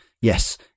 Yes